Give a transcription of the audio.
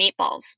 meatballs